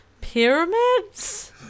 Pyramids